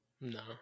No